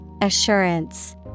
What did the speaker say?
Assurance